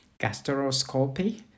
gastroscopy